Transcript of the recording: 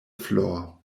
floor